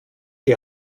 die